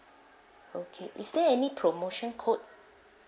okay is there any promotion code